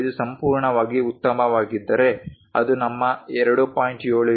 75 ಸಂಪೂರ್ಣವಾಗಿ ಉತ್ತಮವಾಗಿದ್ದರೆ ಅದು ನಮ್ಮ 2